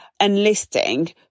enlisting